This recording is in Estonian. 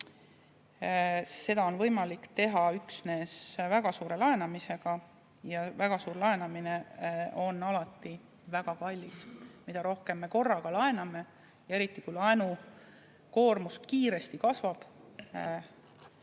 seda on võimalik teha üksnes väga suure laenamisega. Ja väga suur laenamine on alati väga kallis. Mida rohkem me korraga laename, eriti kui laenukoormus kiiresti kasvab